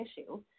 issue